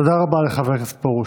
תודה רבה לחבר הכנסת פרוש.